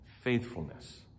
faithfulness